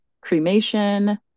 cremation